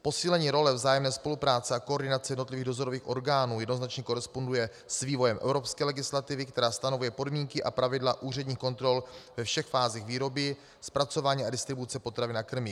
Posílení role vzájemné spolupráce a koordinace jednotlivých dozorových orgánů jednoznačně koresponduje s vývojem evropské legislativy, která stanovuje podmínky a pravidla úředních kontrol ve všech fázích výroby, zpracování a distribuce potravin a krmiv.